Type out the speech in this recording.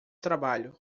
trabalho